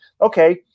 okay